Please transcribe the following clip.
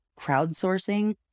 crowdsourcing